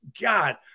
God